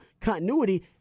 continuity